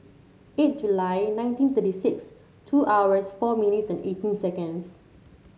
eight July nineteen thirty six two hours four minutes and eighteen seconds